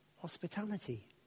hospitality